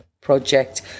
project